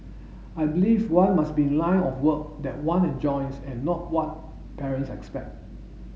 I believe one must be in a line of work that one enjoys and not what parents expect